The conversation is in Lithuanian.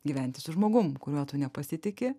gyventi su žmogum kuriuo tu nepasitiki